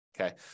Okay